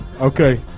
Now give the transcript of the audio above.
Okay